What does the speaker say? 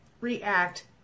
react